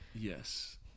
Yes